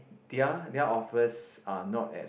their their offers are not as